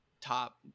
top